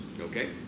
Okay